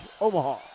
Omaha